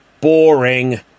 boring